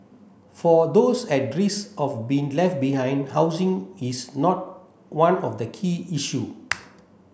for those at risk of being left behind housing is not one of the key issue